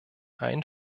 einen